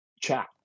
chat